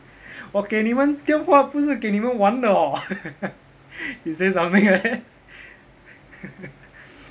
我给你们电话不是给你们玩的 hor he say something like that